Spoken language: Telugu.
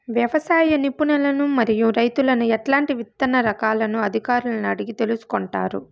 వ్యవసాయ నిపుణులను మరియు రైతులను ఎట్లాంటి విత్తన రకాలను అధికారులను అడిగి తెలుసుకొంటారు?